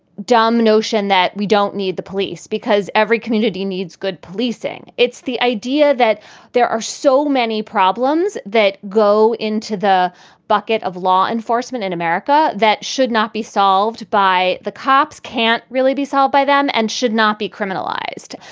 dumb notion that we don't need the police because every community needs good policing. it's the idea that there are so many problems that go into the bucket of law enforcement in america that should not be solved by the cops, can't really be solved by them and should not be criminalized.